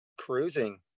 Cruising